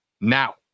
now